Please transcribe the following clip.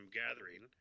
gathering